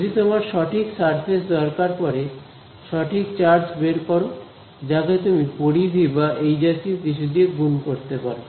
যদি তোমার সঠিক সারফেস দরকার পড়ে সঠিক চার্জ বের করো যাকে তুমি পরিধি বা এই জাতীয় কিছু দিয়ে গুণ করতে পারো